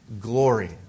glory